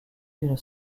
d’une